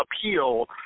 appeal